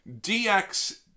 DX